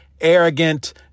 arrogant